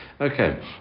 Okay